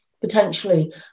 potentially